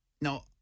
Now